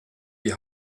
die